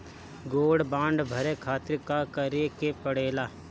Gold bond भरे खातिर का करेके पड़ेला?